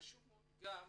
חשוב הקשר,